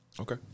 Okay